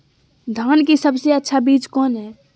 धान की सबसे अच्छा बीज कौन है?